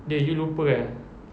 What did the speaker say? dey you lupa eh